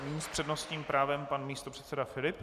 Nyní s přednostním právem pan místopředseda Filip.